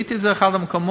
ראיתי את זה באחד המקומות,